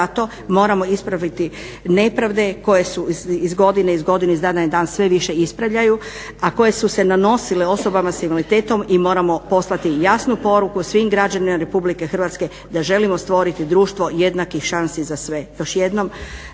zato moramo ispraviti nepravde koje su iz godine u godinu, iz dana u dan sve više ispravljaju a koje su se nanosile osoba s invaliditetom i moramo poslati jasnu poruku svim građanima RH da želimo stvoriti društvo jednakih šansi za sve.